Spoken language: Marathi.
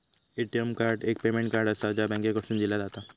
ए.टी.एम कार्ड एक पेमेंट कार्ड आसा, जा बँकेकडसून दिला जाता